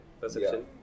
perception